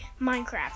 minecraft